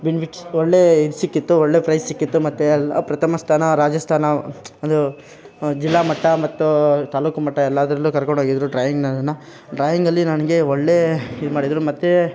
benefits ಒಳ್ಳೆ ಇದು ಸಿಕ್ಕಿತ್ತು ಒಳ್ಳೆ ಫ್ರೈಸ್ ಸಿಕ್ಕಿತ್ತು ಮತ್ತು ಪ್ರಥಮ ಸ್ಥಾನ ರಾಜಸ್ತಾನ ಇದು ಜಿಲ್ಲಾಮಟ್ಟ ಮತ್ತು ತಾಲೂಕು ಮಟ್ಟ ಎಲ್ಲದ್ರಲ್ಲೂ ಕರ್ಕೊಂಡೋಗಿದ್ರು ಡ್ರಾಯಿಂಗ್ ನನ್ನನ್ನು ಡ್ರಾಯಿಂಗಲ್ಲಿ ನನಗೆ ಒಳ್ಳೆ ಇದ್ಮಾಡಿದ್ರು ಮತ್ತು